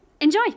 Enjoy